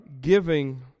giving